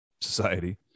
society